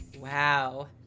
Wow